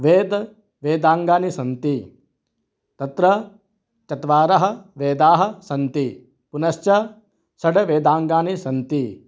वेदवेदाङ्गानि सन्ति तत्र चत्वारः वेदाः सन्ति पुनश्च षड् वेदाङ्गानि सन्ति